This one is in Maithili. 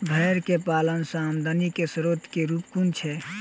भेंर केँ पालन सँ आमदनी केँ स्रोत केँ रूप कुन छैय?